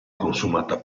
consumata